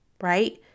right